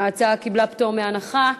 ההצעה קיבלה פטור מחובת הנחה.